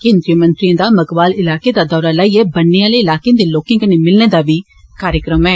केन्द्रीय मंत्रिएं दा मकवाल इलाके दा दौरा लाइयै बन्ने आले लोकं कन्नै मिलने दा बी कार्यक्रम ऐ